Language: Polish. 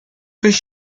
byś